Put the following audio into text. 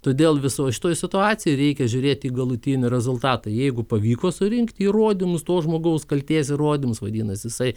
todėl visoj šitoj situacijoj reikia žiūrėti į galutinį rezultatą jeigu pavyko surinkti įrodymus to žmogaus kaltės įrodymus vadinasi jisai